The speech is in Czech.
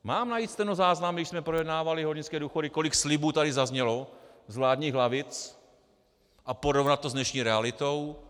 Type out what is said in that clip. Mám najít stenozáznam, když jsme projednávali hornické důchody, kolik slibů tady zaznělo z vládních lavic, a porovnat to s dnešní realitou?